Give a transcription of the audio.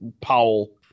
Powell